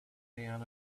down